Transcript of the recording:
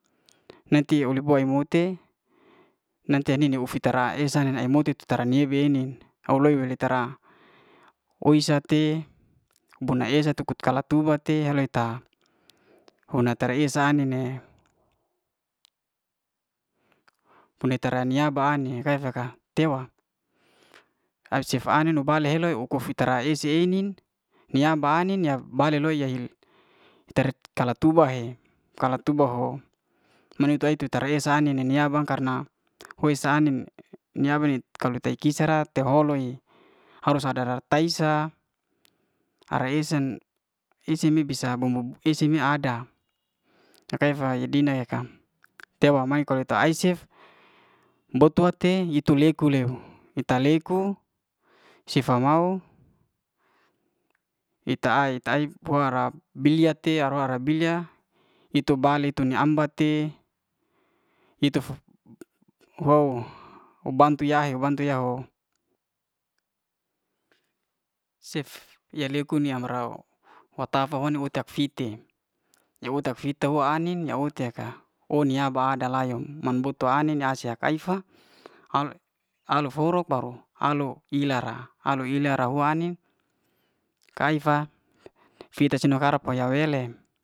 Woti oly boywoti nancia ni ufi'tra esa e i muti ufi'tra ye'bieni a'loyta ewit'tra oi sa te bona esa tu'kra tu ba'te a'loyta ona tra esa ni'ne, pune'treani ra'bani re- re ka tewa a'cefa ani ni'ba nu bale eloy uku fi'tra esa eni'nin niya banin ya bale loy ya hil ter kala tuba he kala tuba ho, mena tu e'ty tra esa'nin nen'nyaba karana hoe esyanin, nyaba'ni kalau tei kisa'ra te holo'i harus sadara tai'sa ara esyen, esy'bim bisa bumbu esy'mi ada ne kai fei dina'ya kai tewa mae to ko ai'cef bo'tout te yitu'lekulehu ita'leku cefa'mao ita'ae ita boy'bara bi'yate ara- ra bilya itu bale tu nya'amba te itufu hoy bantu ya'he, bantu yaa'ho cef yeleku nayam yroo fata'fo houn huta'vite. nak huta'vite nya'wa ai'nin, nya ote ka an'nyabada la'yo mam but to ai'nin nya'sa kaif a'aluk'forok baru alu ila'ra. alu ira'ra na ai'nin kaifa fita'si no karak farya'wele